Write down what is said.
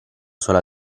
sola